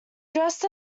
dressed